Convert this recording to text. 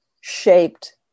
shaped